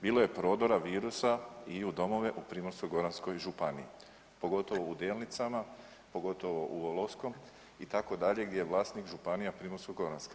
Bilo je prodora virusa i u domove u Primorsko-goranskoj županiji, pogotovo u Delnicama, pogotovo u Voloskom itd., gdje je vlasnik županija Primorsko-goranska.